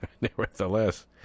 nevertheless